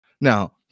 Now